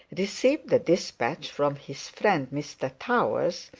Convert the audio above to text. received a despatch from his friend mr towers,